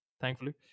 thankfully